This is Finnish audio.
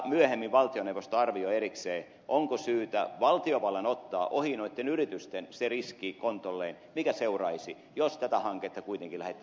myöhemmin valtioneuvosto arvioi erikseen onko syytä valtiovallan ottaa ohi noitten yritysten kontolleen se riski mikä seuraisi jos tätä hanketta kuitenkin lähdettäisiin rahoittamaan